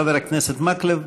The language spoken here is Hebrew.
חבר הכנסת מקלב,